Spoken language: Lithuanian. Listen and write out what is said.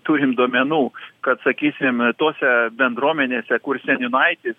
turim duomenų kad sakysim tose bendruomenėse kur seniūnaitis